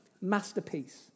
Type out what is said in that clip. masterpiece